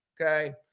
okay